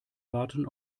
warten